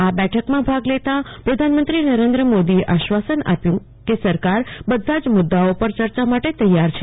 આ બેઠકમાં ભાગ લેતા પ્રધાનમંત્રી નરેન્દ્ર મોદીએ આશ્વાસન આપ્યું કે સરકાર બધા જ મુદ્દાઓ ઉપર ચર્ચા માટે તૈયાર છે